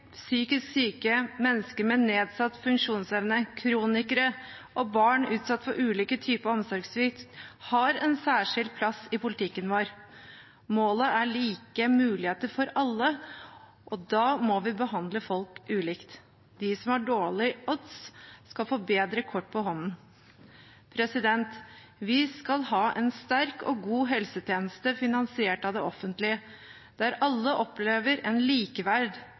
psykisk syke, mennesker med nedsatt funksjonsevne, kronikere og barn utsatt for ulike typer omsorgssvikt har en særskilt plass i politikken vår. Målet er like muligheter for alle, og da må vi behandle folk ulikt. De som har dårlige odds, skal få bedre kort på hånden. Vi skal ha en sterk og god helsetjeneste finansiert av det offentlige, der alle opplever en